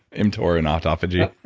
mtor and autophagy?